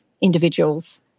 individuals